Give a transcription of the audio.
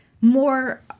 more